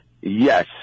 Yes